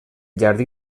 jardí